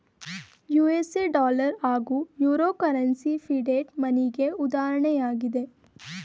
USA dollar ಹಾಗೂ euro currency fiat ಮನಿಗೆ ಉದಾಹರಣೆಯಾಗಿದೆ